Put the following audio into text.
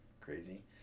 crazy